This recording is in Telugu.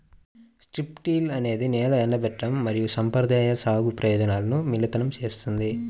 స్ట్రిప్ టిల్ అనేది నేల ఎండబెట్టడం మరియు సంప్రదాయ సాగు ప్రయోజనాలను మిళితం చేస్తుంది